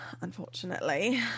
Unfortunately